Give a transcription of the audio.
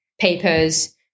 papers